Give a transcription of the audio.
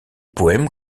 poème